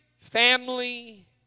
family